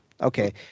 Okay